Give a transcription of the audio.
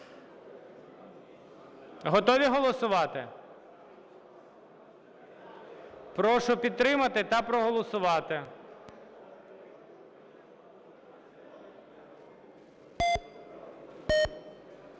Готові голосувати? Прошу підтримати та проголосувати.